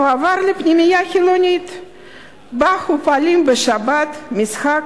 הועבר לפנימייה חילונית, שבה פועלים בשבת משחק